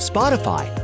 Spotify